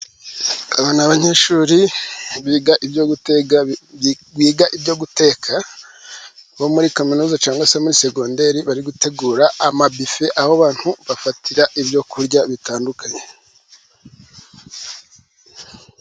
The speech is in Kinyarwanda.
Aba ni abanyeshuri biga ibyo guteka, bo muri kaminuza cyangwa se segondere, bari gutegura amabife, aho abantu bafatira ibyo kurya bitandukanye.